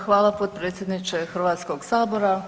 Hvala potpredsjedniče Hrvatskog sabora.